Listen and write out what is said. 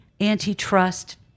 antitrust